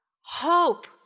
Hope